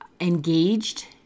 engaged